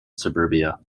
suburbia